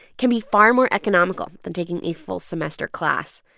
can be far more economical than taking a full-semester class.